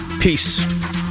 Peace